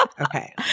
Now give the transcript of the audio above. Okay